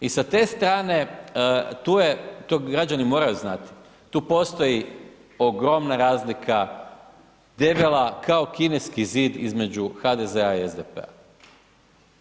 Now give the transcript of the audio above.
I sa te strane, tu je to građani moraju znati, tu postoji ogromna razlika debela kao Kineski zid između HDZ-a i SDP-a.